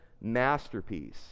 masterpiece